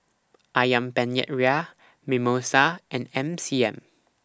Ayam Penyet Ria Mimosa and M C M